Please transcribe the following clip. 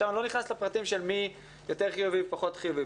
אני לא נכנס לפרטים של מי פחות חיובי ויותר חיובי,